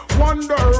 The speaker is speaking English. wonder